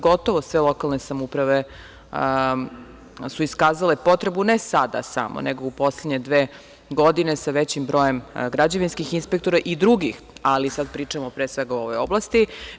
Gotovo sve lokalne samouprave su iskazale potrebu ne sada samo, nego u poslednje dve godine za većim broje građevinskih inspektora i drugih, ali sada pričamo, pre svega, o ovoj oblasti.